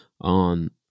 on